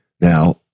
Now